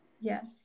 Yes